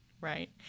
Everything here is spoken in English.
Right